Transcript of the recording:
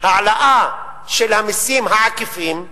העלאה של המסים העקיפים,